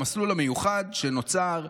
המסלול המיוחד שנוצר,